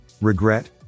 regret